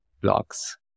blocks